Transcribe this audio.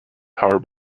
power